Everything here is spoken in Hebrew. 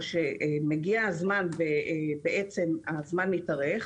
או שמגיע הזמן והזמן מתארך,